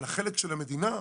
אבל החלק של המדינה,